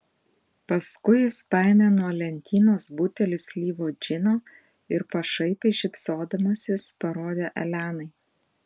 paskui jis paėmė nuo lentynos butelį slyvų džino ir pašaipiai šypsodamasis parodė elenai